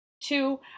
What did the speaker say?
two